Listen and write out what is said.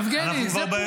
יבגני, זה פורסם.